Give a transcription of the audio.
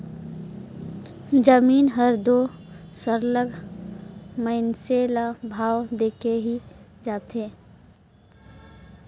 जमीन हर दो सरलग मइनसे ल भाव देके ही जाथे